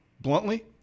bluntly